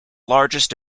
largest